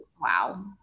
Wow